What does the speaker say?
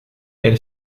elle